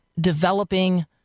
developing